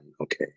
okay